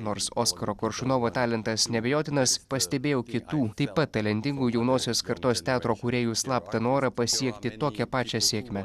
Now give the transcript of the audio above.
nors oskaro koršunovo talentas neabejotinas pastebėjau kitų taip pat talentingų jaunosios kartos teatro kūrėjų slaptą norą pasiekti tokią pačią sėkmę